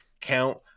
count